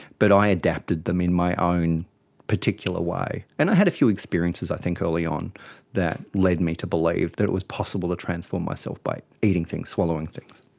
but i adapted them in my own particular way. and i had a few experiences i think early on that led me to believe that it was possible to transform myself by eating things, swallowing things.